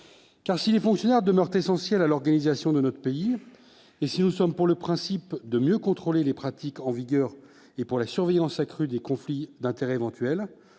Car si les fonctionnaires demeurent essentiels à l'organisation de notre pays, et si nous sommes pour le principe de mieux contrôler les pratiques en vigueur et pour la surveillance accrue des conflits d'intérêts éventuels